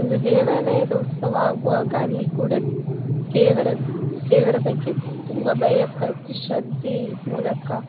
ಒಂದು ದೇವಾಲಯದ ಉತ್ಸವ ಆಗುವಾಗ ಅಲ್ಲಿ ಕೂಡ ದೇವರ ದೇವರ ಬಗ್ಗೆ ತುಂಬಾ ಭಯ ಭಕ್ತಿ ಶ್ರದ್ದೆ ಮೂಲಕ